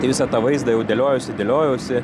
tai visą tą vaizdą jau dėliojausi dėliojausi